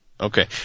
Okay